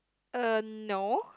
uh no